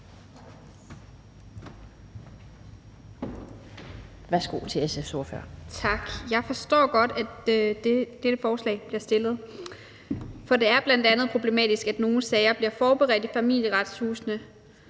Strøjer-Schmidt (SF): Tak. Jeg forstår godt, at dette beslutningsforslag bliver fremsat. For det er bl.a. problematisk, at nogle sager bliver forberedt i Familieretshuset,